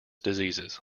diseases